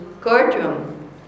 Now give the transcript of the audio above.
courtroom